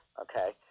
okay